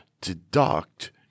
deduct